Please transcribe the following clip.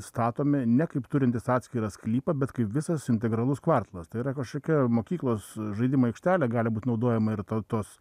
statomi ne kaip turintys atskirą sklypą bet kaip visas integralus kvartalas tai yra kažkokia mokyklos žaidimų aikštelė gali būt naudojair ta tos